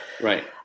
Right